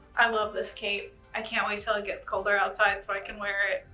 i love this cape. i can't wait till it gets colder outside so i can wear it.